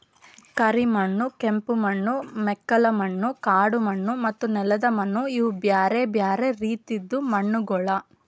ಕರಿ ಮಣ್ಣು, ಕೆಂಪು ಮಣ್ಣು, ಮೆಕ್ಕಲು ಮಣ್ಣು, ಕಾಡು ಮಣ್ಣು ಮತ್ತ ನೆಲ್ದ ಮಣ್ಣು ಇವು ಬ್ಯಾರೆ ಬ್ಯಾರೆ ರೀತಿದು ಮಣ್ಣಗೊಳ್